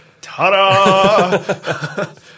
Ta-da